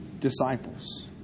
disciples